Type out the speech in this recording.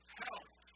help